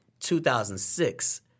2006